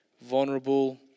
vulnerable